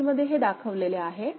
table मध्ये हे दाखवलेले आहे